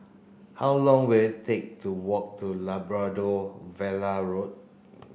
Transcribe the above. how long will it take to walk to Labrador Villa Road